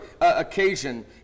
occasion